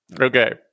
Okay